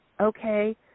okay